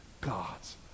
God's